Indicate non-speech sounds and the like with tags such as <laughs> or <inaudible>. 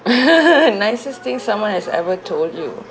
<laughs> nicest thing someone has ever told you